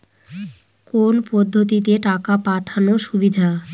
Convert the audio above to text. কোন পদ্ধতিতে টাকা পাঠানো সুবিধা?